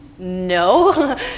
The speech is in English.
No